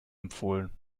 empfohlen